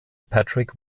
patrick